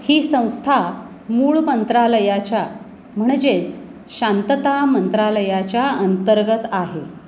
ही संस्था मूळ मंत्रालयाच्या म्हणजेच शांतता मंत्रालयाच्या अंतर्गत आहे